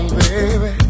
baby